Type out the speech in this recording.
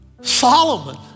Solomon